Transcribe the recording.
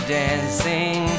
dancing